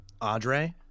Andre